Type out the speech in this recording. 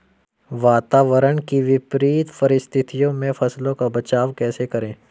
वातावरण की विपरीत परिस्थितियों में फसलों का बचाव कैसे करें?